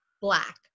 Black